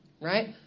Right